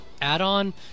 add-on